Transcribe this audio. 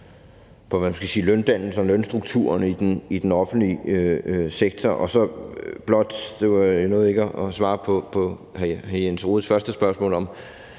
og lønstrukturerne i den offentlige sektor. Jeg nåede ikke at svare på hr. Jens Rohdes første spørgsmål om,